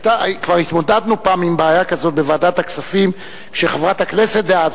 כבר התמודדנו פעם עם בעיה כזאת בוועדת הכספים כשחברת הכנסת דאז,